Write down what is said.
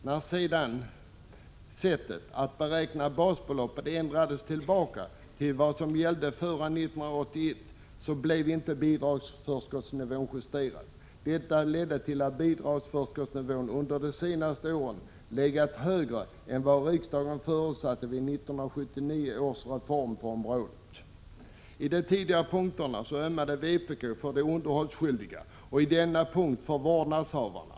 När sedan sättet att beräkna basbelopp ändrades tillbaka till vad som gällde före 1981 blev bidragsförskottsnivån inte justerad. Detta har lett till att bidragsförskotten under de senaste åren legat högre än vad riksdagen förutsatte vid 1979 års reform på området. På de tidigare punkterna ömmade vpk för de underhållsskyldiga men på denna punkt för vårdnadshavarna.